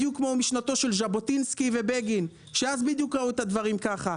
בדיוק כמו משנתו של ז'בוטינסקי ובגין שאז בדיוק ראו את הדברים כך.